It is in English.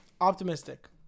optimistic